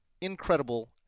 incredible